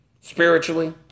spiritually